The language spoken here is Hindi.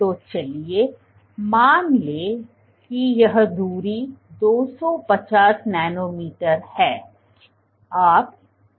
तो चलिए मान ले कि यह दूरी 250 नैनोमीटर है